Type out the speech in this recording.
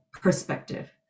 perspective